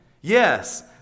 Yes